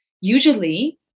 usually